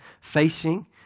facing